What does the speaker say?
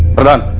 but